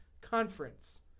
conference